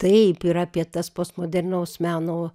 taip ir apie tas postmodernaus meno